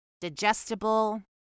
digestible